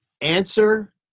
answer